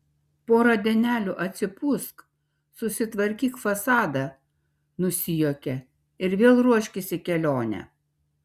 porą dienelių atsipūsk susitvarkyk fasadą nusijuokė ir vėl ruoškis į kelionę